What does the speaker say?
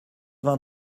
vingt